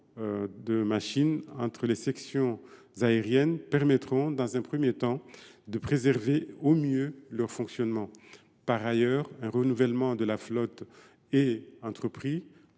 de machines entre les sections aériennes permettront dans un premier temps de préserver au mieux leur fonctionnement. Par ailleurs, un renouvellement de la flotte est entrepris